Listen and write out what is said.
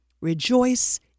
Rejoice